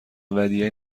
ودیعه